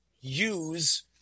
use